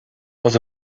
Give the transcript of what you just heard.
was